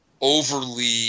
overly